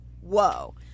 whoa